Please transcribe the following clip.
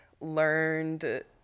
learned